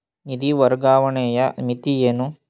ನಿಧಿ ವರ್ಗಾವಣೆಯ ಮಿತಿ ಏನು?